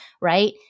right